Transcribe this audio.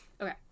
Okay